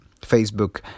Facebook